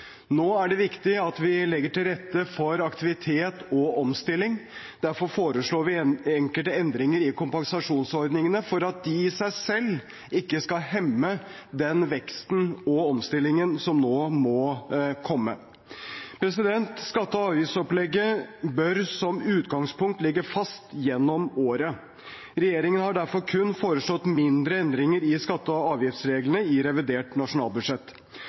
Nå er det viktig at vi legger til rette for aktivitet og omstilling. Derfor foreslår vi enkelte endringer i kompensasjonsordningene for at de i seg selv ikke skal hemme den veksten og omstillingen som nå må komme. Skatte- og avgiftsopplegget bør som utgangspunkt ligge fast gjennom året. Regjeringen har derfor kun foreslått mindre endringer i skatte- og avgiftsreglene i revidert nasjonalbudsjett.